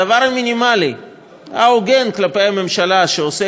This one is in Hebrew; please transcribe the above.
הדבר המינימלי וההוגן כלפי הממשלה שעושה